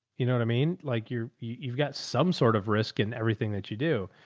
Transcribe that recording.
you know what i mean? like you're, you've got some sort of risk in everything that you do.